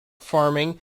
farming